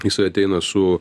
jisai ateina su